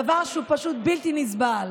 דבר שהוא פשוט בלתי נסבל.